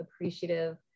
appreciative